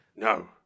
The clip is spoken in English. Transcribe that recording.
No